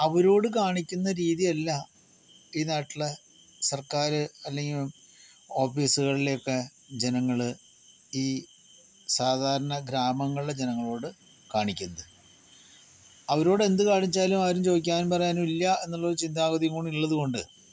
അവരോടു കാണിക്കുന്ന രീതിയല്ല ഈ നാട്ടിലെ സർക്കാര് അല്ലെങ്കിൽ ഓഫീസുകളിലെയൊക്കെ ജനങ്ങള് ഈ സാധാരണ ഗ്രാമങ്ങളിലെ ജനങ്ങളോട് കാണിക്കുന്നത് അവരോട് എന്ത് കാണിച്ചാലും ആരും ചോദിക്കാനും പറയാനും ഇല്ല എന്നുള്ള ചിന്താഗതിയും ഉള്ളത്കൊണ്ട്